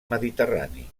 mediterrani